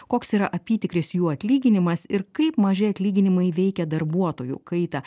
koks yra apytikris jų atlyginimas ir kaip maži atlyginimai veikia darbuotojų kaitą